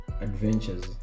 Adventures